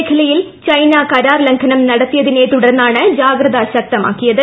മേഖലയിൽ ചൈന കരാർ ലംഘനം നടത്തിയതിന്റെ ്തുടർന്നാണ് ജാഗ്രത ശക്ത മാക്കിയത്